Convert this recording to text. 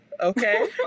okay